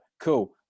Cool